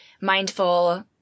mindful